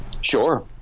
Sure